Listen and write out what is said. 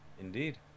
Indeed